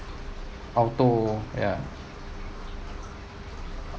auto ya